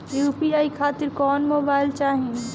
UPI खातिर कौन mobile चाहीं?